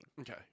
Okay